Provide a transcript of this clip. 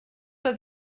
que